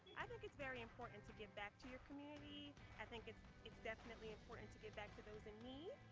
i think it's very important to give back to your community. i think it's it's definitely important to give back to those in need,